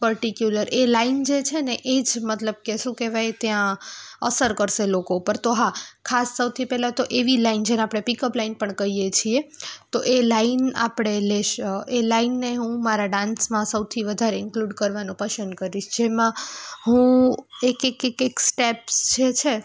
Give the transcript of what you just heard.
particular એ line જે છે ને એ જ મતલબ કે શું કહેવાય ત્યાં અસર કરશે લોકો ઉપર તો હા ખાસ સૌથી પહેલાં તો એવી લાઈન જેને આપણે પિકઅપ લાઈન પણ કહીએ છીએ તો એ લાઈન આપણે લેશ એ લાઈનને હું મારા ડાન્સમાં સૌથી વધારે ઇંકલુડ કરવાનું પસંદ કરીશ જેમાં હું એક એક એક સ્ટેપ્સ જે છે